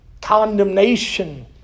condemnation